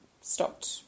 stopped